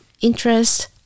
interest